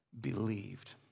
believed